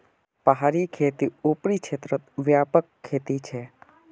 पहाड़ी खेती ऊपरी क्षेत्रत व्यापक खेती छे